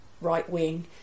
right-wing